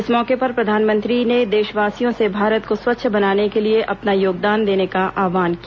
इस मौके पर प्रधानमंत्री ने देशवासियों से भारत को स्वच्छ बनाने के लिए अपना योगदान देने का आव्हान किया